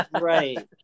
right